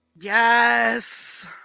yes